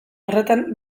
horretan